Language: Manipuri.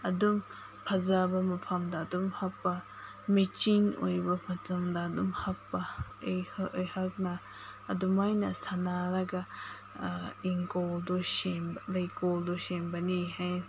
ꯑꯗꯨꯝ ꯐꯖꯕ ꯃꯐꯝꯗ ꯑꯗꯨꯝ ꯍꯥꯞꯄ ꯃꯦꯠꯆꯤꯡ ꯑꯣꯏꯕ ꯃꯇꯝꯗ ꯑꯗꯨꯝ ꯍꯥꯞꯄ ꯑꯩꯍꯥꯛꯅ ꯑꯗꯨꯃꯥꯏꯅ ꯁꯥꯟꯅꯔꯒ ꯏꯪꯈꯣꯜꯗꯨ ꯁꯦꯝꯕ ꯂꯩꯀꯣꯜꯗꯨ ꯁꯦꯝꯕꯅꯤ ꯍꯥꯏ